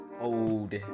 old